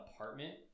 apartment